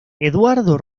eduardo